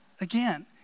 Again